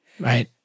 Right